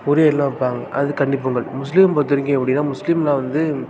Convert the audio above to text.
உறி எல்லாம் வைப்பாங்க அது கன்னிப்பொங்கல் முஸ்லீமை பொறுத்தவரைக்கும் எப்படின்னா முஸ்லீமெலாம் வந்து